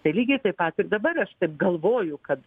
tai lygiai taip pat ir dabar aš taip galvoju kad